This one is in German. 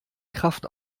kraft